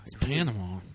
Panama